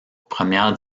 première